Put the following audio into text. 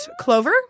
Clover